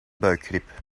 buikgriep